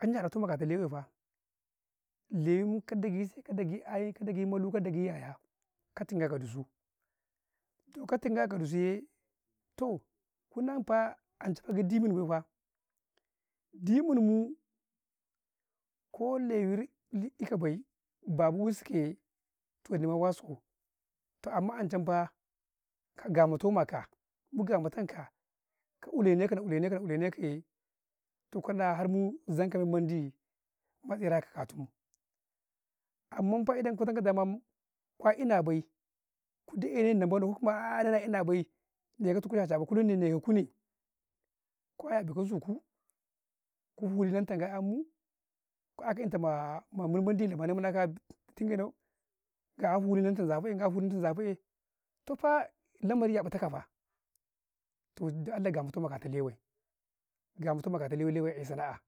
﻿Anya ɗata akata lewe faa, lewin ka dagi sai- kadagi 'ai kada gi malu ka dagi yaya' ka tunga ka dusu, toh ka tunga ka dusu yee, toh kunan faa, ancai gi ɗi dimin bay, babu wasiku yee, toh nnima wasu kau, toh amman an camfaa, ka gama tau na'u na'ule a nekau na'ule neka yee, toh kana har mu zanka men mendi mendi ma tsira ka ka tumuu, amman idan kutanka da mamun kiwa ina bay, ku daye nna banau, ko kuma a'a nnau na ina bay, na eh' netuku ca-ca bay, kune ne enau kuyee, ko aduku zukuu ku fuluyanta ga'yammu, ku 'yaa ka inta ma yaa, ma mum ben ɗi ma mana limana mina kau, abii ma tunge nau, ga' 'yan fulu wance zafa'eh, ga 'yan fulu wancee zafa'eeh, toh fa lamari ya batakau faa, toh dan Allah gamata na kata lewai, gamatuna kata lewee eh sana 'ah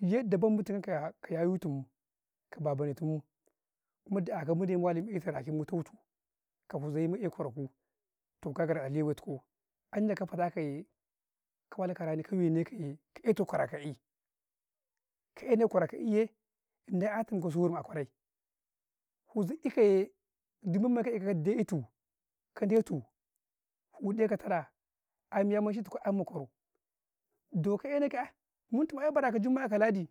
yanda ban mu yanka ya ka yayu tumu, ka baba ne tumun, kuma dakatumnu mu'eh ka rakinn, mu tautu, ka huzau mu eh kwaraku toh ka fada a lewe tukuu, anyaa ka fa ɗa ka yee, ka ehtu kwarau ka kaii, ka eh ne kwarau ka kayi yee, na 'yatum ku sorum a kwarey, huzau eh kayee, duk men mai ka'ika, ka detuu, ka detu, gun ɗeka tara, ai na yamanci tuku, ai ma kwarau, do ka eh ne ka yaa muntum ai bara ka jumma ka lahadi.